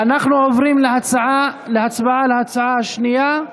אנחנו עוברים להצבעה על ההצעה השנייה,